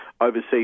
overseas